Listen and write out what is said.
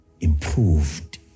improved